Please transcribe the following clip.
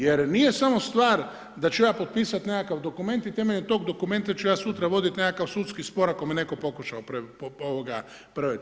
Jer, nije samo stvar da ću ja potpisati nekakav dokument i temeljem toga dokumenta ću ja sutra voditi nekakav sudski spor ako me netko pokuša prevariti.